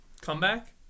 Comeback